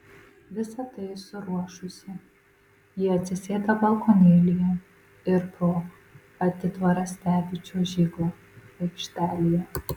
visa tai suruošusi ji atsisėda balkonėlyje ir pro atitvarą stebi čiuožyklą aikštelėje